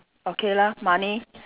okay lah money